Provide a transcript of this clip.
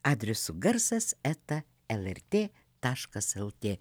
adresu garsas eta lrt taškas lt